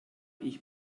ich